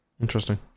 Interesting